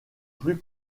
plus